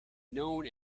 known